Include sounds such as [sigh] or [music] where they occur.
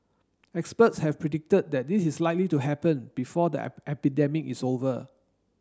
experts have predicted that this is likely to happen before the [hesitation] epidemic is over